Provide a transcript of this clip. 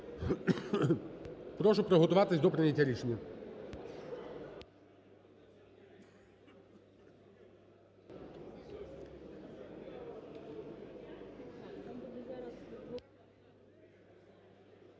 прошу приготуватись до прийняття рішення.